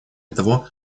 того